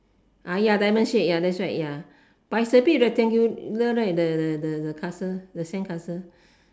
ah ya diamond shape ya that's right ya but it's a bit rectangular right the the the castle the sandcastle